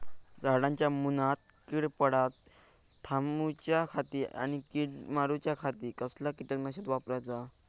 झाडांच्या मूनात कीड पडाप थामाउच्या खाती आणि किडीक मारूच्याखाती कसला किटकनाशक वापराचा?